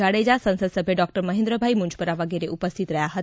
જાડેજા સંસદ સભ્ય ડોકટર મહેન્દ્રભાઈ મુંજપરા વિગેરે ઉપસ્થિત રહ્યા હતા